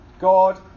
God